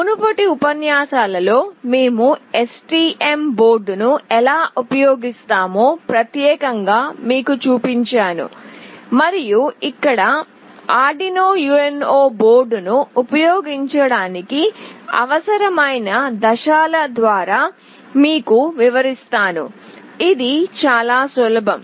మునుపటి ఉపన్యాసాలలో మేము STM Board ను ఎలా ఉపయోగిస్తామో ప్రత్యేకంగా మీకు చూపించాను మరియు ఇక్కడ ఆర్డునో యుఎన్ఓ బోర్డ్ ను ఉపయోగించడానికి అవసరమైన దశల ద్వారా మీకు వివరిస్తాను ఇది చాలా సులభం